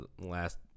last